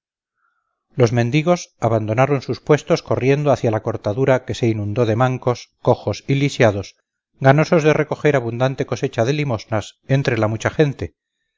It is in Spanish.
los mendigos abandonaron sus puestos corriendo hacia la cortadura que se inundó de mancos cojos y lisiados ganosos de recoger abundante cosecha de limosnas entre la mucha gente